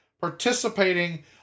participating